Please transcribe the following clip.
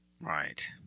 Right